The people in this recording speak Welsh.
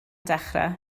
dechrau